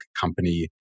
company